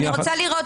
אני רוצה לראות,